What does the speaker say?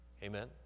Amen